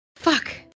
fuck